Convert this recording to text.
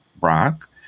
Brock